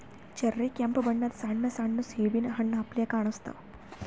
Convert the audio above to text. cherry ಕೆಂಪ್ ಬಣ್ಣದ್ ಸಣ್ಣ ಸಣ್ಣು ಸೇಬಿನ್ ಹಣ್ಣ್ ಅಪ್ಲೆ ಕಾಣಸ್ತಾವ್